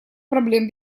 проблем